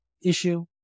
issue